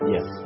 Yes